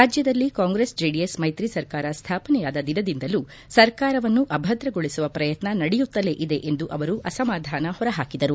ರಾಜ್ಯದಲ್ಲಿ ಕಾಂಗ್ರೆಸ್ ಜೆಡಿಎಸ್ ಮೈತ್ರಿ ಸರ್ಕಾರ ಸ್ವಾಪನೆಯಾದ ದಿನದಿಂದಲೂ ಸರ್ಕಾರವನ್ನು ಅಭದ್ರಗೊಳಿಸುವ ಪ್ರಯತ್ನ ನಡೆಯುತ್ತಲೇ ಇದೆ ಎಂದು ಅವರು ಅಸಮಾಧಾನ ಹೊರಹಾಕಿದರು